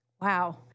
Wow